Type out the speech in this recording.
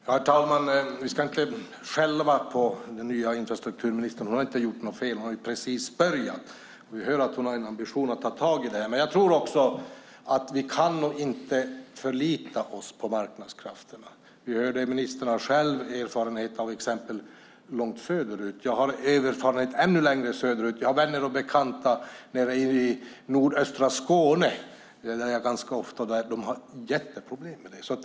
Herr talman! Vi ska inte skälla på den nya infrastrukturministern. Hon har inte gjort något fel - hon har precis börjat. Vi hör att hon har en ambition att ta tag i detta. Jag tror dock inte att vi kan förlita oss på marknadskrafterna. Vi hörde att ministern själv har erfarenhet av exempel långt söderut. Jag har även farit ännu längre söderut. Jag har vänner och bekanta nere i nordöstra Skåne. Där är jag ganska ofta, och de har jätteproblem med detta.